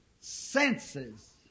senses